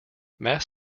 mass